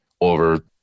over